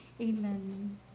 amen